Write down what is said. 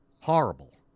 Horrible